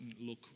look